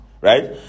Right